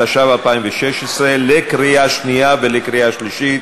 התשע"ו 2016, לקריאה שנייה ולקריאה שלישית.